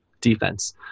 defense